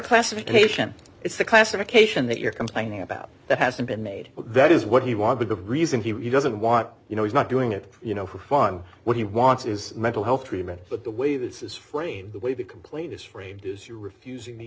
classification it's a classification that you're complaining about that hasn't been made that is what he wanted the reason he doesn't want you know he's not doing it you know for fun what he wants is mental health treatment but the way this is framed the way the complaint is framed is you're refusing the